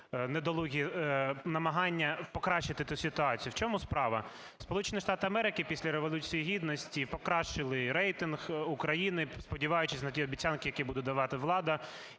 недолугі намагання покращити ту ситуацію. В чому справа? Сполучені Штати Америки після Революції Гідності покращили рейтинг України, сподіваючись на ті обіцянки, які буде давати влада,